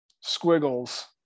squiggles